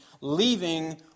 leaving